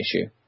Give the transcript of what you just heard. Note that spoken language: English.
issue